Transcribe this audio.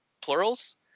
plurals